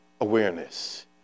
awareness